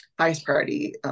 highest-priority